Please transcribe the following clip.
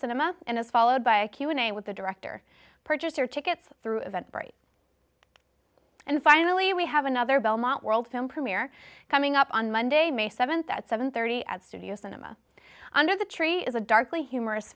cinema and is followed by a q and a with the director purchased their tickets through that break and finally we have another belmont world film premiere coming up on monday may seventh at seven thirty at studio cinema under the tree is a darkly humorous